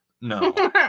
No